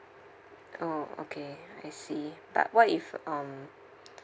orh okay I see but what if um